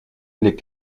les